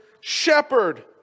shepherd